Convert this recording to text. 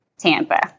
Tampa